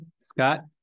Scott